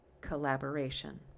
collaboration